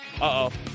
Uh-oh